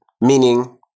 Meaning